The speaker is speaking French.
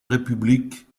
république